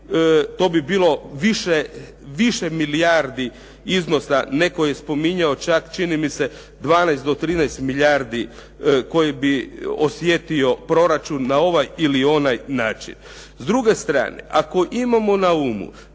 to bi bilo više milijardi iznosa. Netko je spominjao čak čini mi se 12 do 13 milijardi koji bi osjetio proračun na ovaj ili onaj način. S druge strane, ako imamo na umu